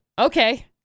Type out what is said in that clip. Okay